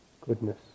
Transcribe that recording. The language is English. goodness